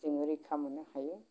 जोङो रैखा मोन्नो हायो